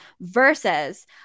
versus